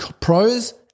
pros